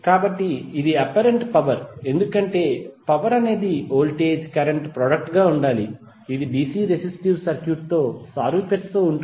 కాబట్టి ఇది apparent power ఎందుకంటే పవర్ అనేది వోల్టేజ్ కరెంట్ ప్రొడక్ట్ గా ఉండాలి ఇది DC రెసిస్టివ్ సర్క్యూట్తో సారూప్యతతో ఉంటుంది